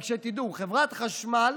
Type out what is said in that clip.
רק שתדעו: חברת החשמל